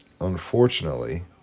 Unfortunately